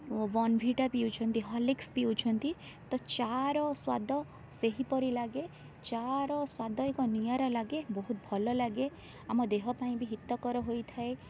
Bournvita ପିଉଛନ୍ତି Horlicks ପିଉଛନ୍ତି ତ ଚା' ର ସ୍ୱାଦ ସେହିପରି ଲାଗେ ଚା' ର ସ୍ୱାଦ ଏକ ନିଆର ଲାଗେ ବହୁତ ଭଲ ଲାଗେ ଆମ ଦେହ ପାଇଁ ବି ହିତକର ହୋଇଥାଏ